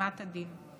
מאימת הדין.